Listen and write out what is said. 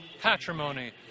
patrimony